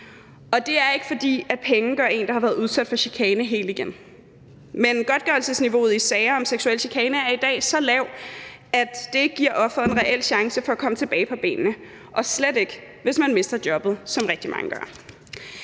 Det er ikke, fordi penge gør en, der har været udsat for chikane, hel igen, men godtgørelsesniveauet i sager om seksuel chikane er i dag så lavt, at det ikke giver offeret en reel chance for at komme tilbage på benene, og slet ikke, hvis man mister jobbet, som rigtig mange gør.